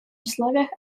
условиях